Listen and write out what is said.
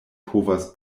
povas